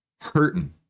hurting